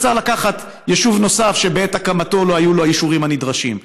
אז צריך לקחת ישוב נוסף שבעת הקמתו לא היו לו את האישורים הנדרשים,